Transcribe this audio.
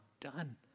done